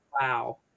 Wow